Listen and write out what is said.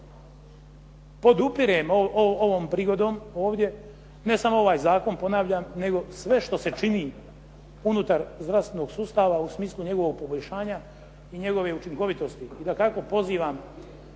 Podupirem ovom prigodom ovdje ne samo ovaj zakon, ponavljam, nego sve što se čini unutar zdravstvenog sustava u smislu njegovog poboljšanja i njegove učinkovitosti. I dakako pozivam